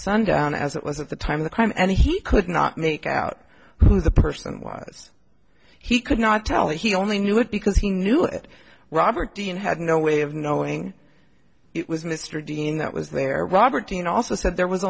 sundown as it was at the time of the crime and he could not make out who the person was he could not tell he only knew it because he knew it robert dean had no way of knowing it was mr dean that was there robert dean also said there was